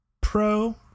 pro